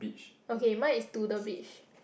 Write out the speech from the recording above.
okay mine is to the beach